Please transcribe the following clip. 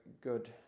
good